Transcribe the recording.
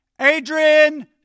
Adrian